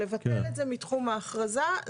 לבטל את זה מתחום ההכרזה.